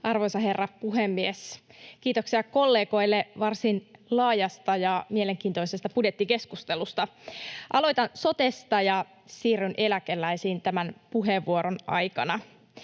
Arvoisa herra puhemies! Kiitoksia kollegoille varsin laajasta ja mielenkiintoisesta budjettikeskustelusta. Aloitan sotesta ja siirryn eläkeläisiin tämän puheenvuoron aikana.